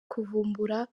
kuvumbura